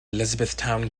elizabethtown